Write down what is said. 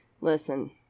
Listen